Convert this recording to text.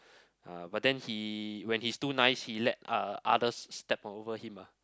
uh but then he when he's too nice he let uh others step over him ah